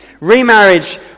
Remarriage